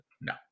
no